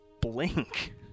Blink